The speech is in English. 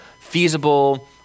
feasible